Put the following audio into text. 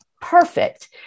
perfect